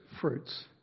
fruits